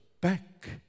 back